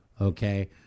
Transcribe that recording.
okay